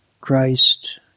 Christ